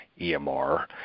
EMR